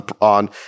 on